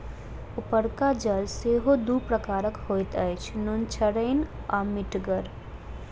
उपरका जल सेहो दू प्रकारक होइत अछि, नुनछड़ैन आ मीठगर